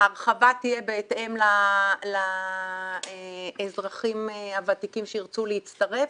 ההרחבה תהיה בהתאם לאזרחים הוותיקים שירצו להצטרף.